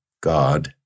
God